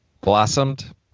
blossomed